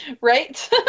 Right